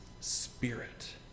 spirit